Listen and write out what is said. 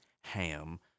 ham